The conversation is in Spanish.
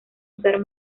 usar